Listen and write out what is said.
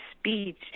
speech